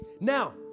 Now